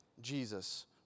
Jesus